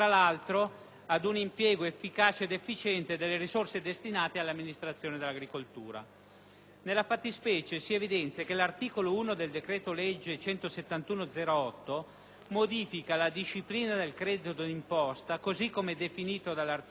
ad un impiego efficace ed efficiente delle risorse destinate all'amministrazione dell'agricoltura. Nella fattispecie si evidenzia che l'articolo 1 del decreto-legge n. 171 del 2008 modifica la disciplina del credito d'imposta, così come definita dall'articolo 1,